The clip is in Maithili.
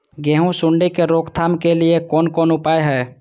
गेहूँ सुंडी के रोकथाम के लिये कोन कोन उपाय हय?